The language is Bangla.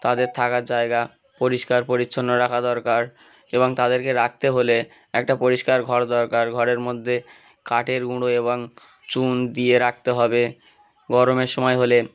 তাদের থাকার জায়গা পরিষ্কার পরিচ্ছন্ন রাখা দরকার এবং তাদেরকে রাখতে হলে একটা পরিষ্কার ঘর দরকার ঘরের মধ্যে কাঠের গুঁড়ো এবং চুন দিয়ে রাখতে হবে গরমের সময় হলে